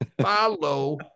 Follow